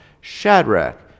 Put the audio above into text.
Shadrach